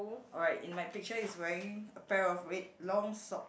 alright in my picture is wearing a pair of red long sock